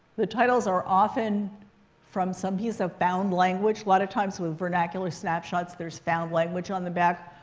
the titles are often from some piece of found language. a lot of times with vernacular snapshots, there's found language on the back.